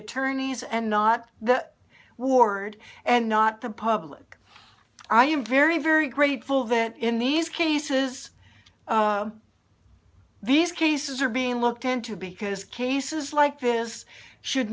attorneys and not the ward and not the public i am very very grateful that in these cases these cases are being looked into because cases like this should